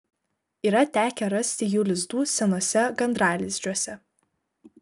yra tekę rasti jų lizdų senuose gandralizdžiuose